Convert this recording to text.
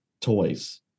toys